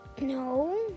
No